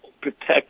protect